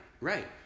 Right